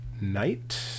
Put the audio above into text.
night